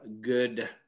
good